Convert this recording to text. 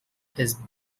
his